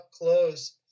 close